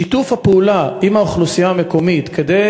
שיתוף הפעולה עם האוכלוסייה המקומית כדי